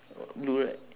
oh blue right